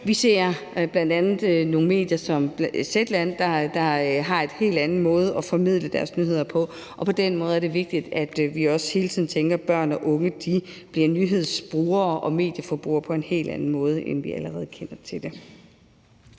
Vi ser bl.a. nogle medier som Zetland, der har en helt anden måde at formidle deres nyheder på, og på den måde er det vigtigt, at vi også hele tiden tænker på, at børn og unge bliver nyhedsbrugere og medieforbrugere på en helt anden måde, end vi allerede kender til.